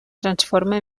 transforma